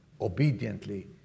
obediently